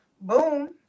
Boom